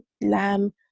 lamb